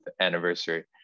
anniversary